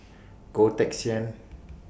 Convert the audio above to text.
Goh Teck Sian